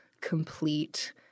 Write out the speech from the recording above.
complete